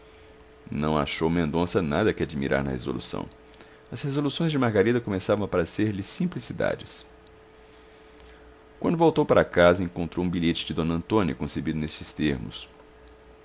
não achou mendonça nada que admirar na resolução as resoluções de margarida começavam a parecer-lhe simplicidades quando voltou para casa encontrou um bilhete de d antônia concebido nestes termos